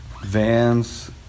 Vans